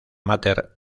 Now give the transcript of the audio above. máter